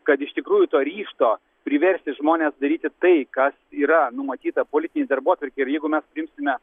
kad iš tikrųjų to ryžto priversti žmones daryti tai kas yra numatyta politinėj darbotvarkėj ir jeigu mes priimsime